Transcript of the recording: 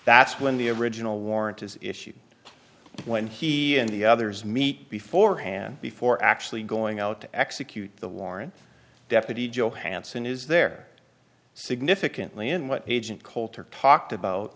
that's when the original warrant is issued when he and the others meet before hand before actually going out to execute the warrant deputy johanson is there significantly in what agent coulter talked about